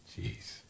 Jeez